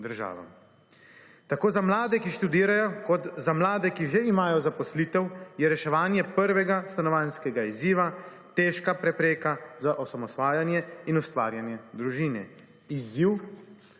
Tako za mlade, ki študirajo, kot za mlade, ki že imajo zaposlitev, je reševanje prvega stanovanjskega izziva težka prepreka za osamosvajanje in ustvarjanje družine. Izziv